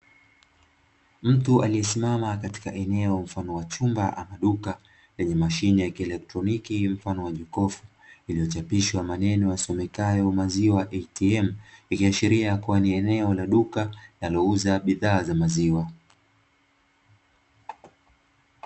Mtu aliesimama katika eneo mfano wa chumba ama duka lenye mashine ya kieletroniki mfano wa jokofu iliyochapishwa maneno yasomekayo "maziwa ATM", likiashiria kuwa ni eneo la duka linalouza bidhaa za maziwa.